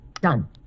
Done